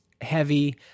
heavy